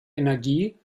energie